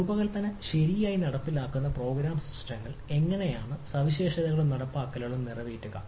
രൂപകൽപ്പന ശരിയായി നടപ്പിലാക്കുന്ന പ്രോഗ്രാം സിസ്റ്റങ്ങൾ എങ്ങനെയാണ് സവിശേഷതകളും നടപ്പാക്കലും നിറവേറ്റുക